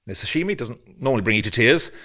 and sashimi doesn't normally bring you to tears.